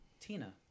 Tina